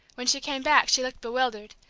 when she came back, she looked bewildered,